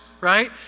right